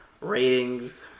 ratings